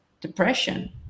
depression